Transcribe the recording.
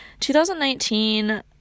2019